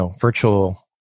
virtual